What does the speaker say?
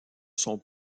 sont